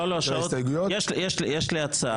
יש לי הצעה.